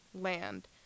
land